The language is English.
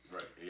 Right